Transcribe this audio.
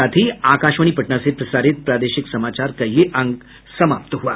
इसके साथ ही आकाशवाणी पटना से प्रसारित प्रादेशिक समाचार का ये अंक समाप्त हुआ